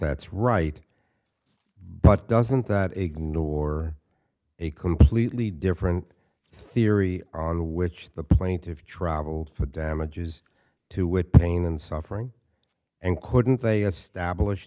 that's right but doesn't that ignore a completely different theory on which the plaintiffs traveled for damages to wit pain and suffering and couldn't they establish